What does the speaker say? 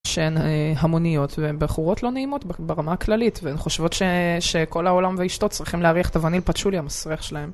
שהן המוניות, והן בחורות לא נעימות ברמה הכללית, והן חושבות שכל העולם ואשתו צריכים להריח את הווניל פצ'ולי המסריח שלהן.